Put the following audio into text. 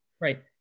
Right